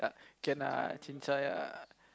can ah chincai ah